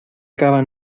acaba